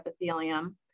epithelium